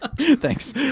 Thanks